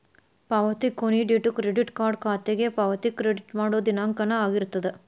ಪಾವತಿ ಕೊನಿ date credit card ಖಾತೆಗೆ ಪಾವತಿ ಕ್ರೆಡಿಟ್ ಮಾಡೋ ದಿನಾಂಕನ ಆಗಿರ್ತದ